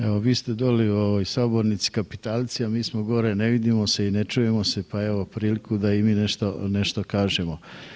Evo vi ste doli u ovoj sabornici kapitalci, a mi smo gore ne vidimo se i ne čujemo se, pa evo priliku da i mi nešto, nešto kažemo.